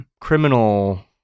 criminal